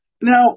Now